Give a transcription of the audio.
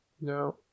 No